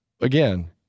again